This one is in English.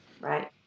Right